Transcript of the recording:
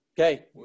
Okay